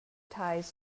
ties